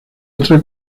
otra